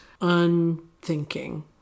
unthinking